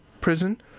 prison